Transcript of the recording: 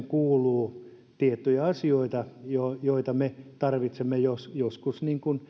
kuuluu tiettyjä asioita joita me tarvitsemme joskus